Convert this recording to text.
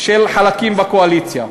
של חלקים בקואליציה.